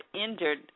injured